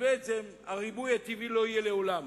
הפתרון לריבוי הטבעי לא יהיה לעולם.